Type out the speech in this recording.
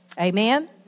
Amen